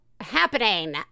happening